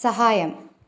സഹായം